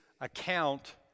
account